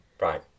Right